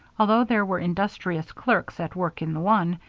although there were industrious clerks at work in the one,